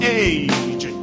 age